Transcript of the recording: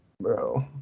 bro